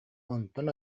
онтон